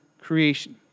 creation